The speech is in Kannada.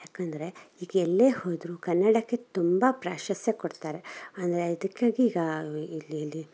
ಯಾಕಂದರೆ ಈಗ ಎಲ್ಲೇ ಹೋದರೂ ಕನ್ನಡಕ್ಕೆ ತುಂಬ ಪ್ರಾಶಸ್ತ್ಯ ಕೊಡ್ತಾರೆ ಅಂದರೆ ಇದಕ್ಕಾಗಿ ಈಗ ಇಲ್ಲಿ ಇಲ್ಲಿ